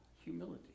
Humility